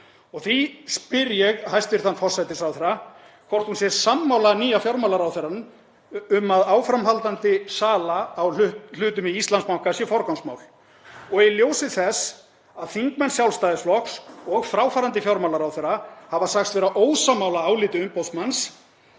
og því spyr ég hæstv. forsætisráðherra hvort hún sé sammála nýja fjármálaráðherranum um að áframhaldandi sala á hlutum í Íslandsbanka sé forgangsmál og í ljósi þess að þingmenn Sjálfstæðisflokks og fráfarandi fjármálaráðherra hafa sagst vera ósammála áliti umboðsmanns,